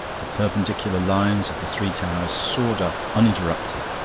the perpendicular lines of the three towers soared up, uninterrupted,